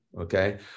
Okay